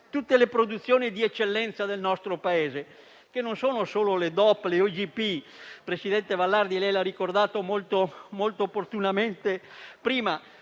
tutte le produzioni di eccellenza del nostro Paese, che non sono solo le DOP e le IGP, come il presidente Vallardi ha ricordato molto opportunamente prima.